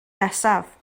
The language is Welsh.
nesaf